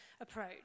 approach